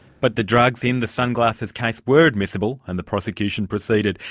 but the drugs in the sunglasses case were admissible, and the prosecution proceeded.